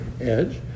edge